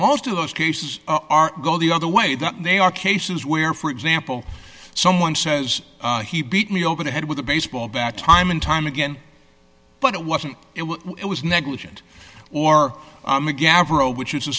most of those cases are go the other way that they are cases where for example someone says he beat me over the head with a baseball bat time and time again but it wasn't it was it was negligent or gavroche which is a